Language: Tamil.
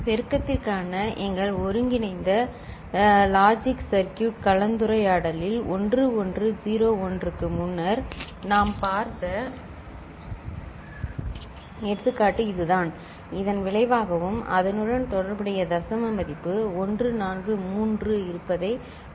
பெருக்கத்திற்கான எங்கள் ஒருங்கிணைந்த லாஜிக் சர்க்யூட் கலந்துரையாடலில் 1101 க்கு முன்னர் நாம் பார்த்த எடுத்துக்காட்டு இதுதான் இதன் விளைவாகவும் அதனுடன் தொடர்புடைய தசம மதிப்பு 143 இருப்பதைக் கண்டோம்